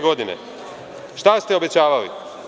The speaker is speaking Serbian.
Godine 2007, šta ste obećavali?